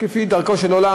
כפי דרכו של עולם,